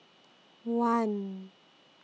one